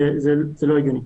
זה לא הגיוני.